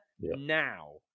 now